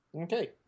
okay